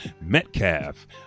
Metcalf